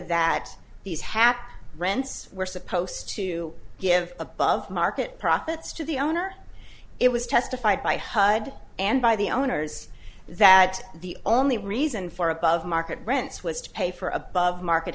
that these happened rents were supposed to give above market profits to the owner it was testified by hud and by the owners that the only reason for above market rents was to pay for above market